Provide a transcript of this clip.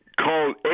called